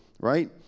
right